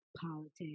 politics